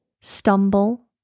stumble